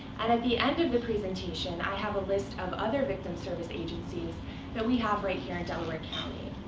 and at the end of the presentation, i have a list of other victim service agencies that we have right here in delaware county.